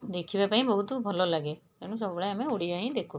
ଦେଖିବା ପାଇଁ ବହୁତ ଭଲ ଲାଗେ ତେଣୁ ସବୁବେଳେ ଆମେ ଓଡ଼ିଆ ହିଁ ଦେଖୁ